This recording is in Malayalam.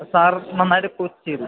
സാറ് നന്നായിട്ട് കോച്ച് ചെയ്തു